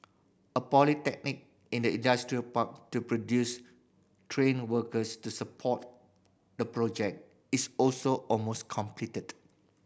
a polytechnic in the industrial park to produce trained workers to support the project is also almost completed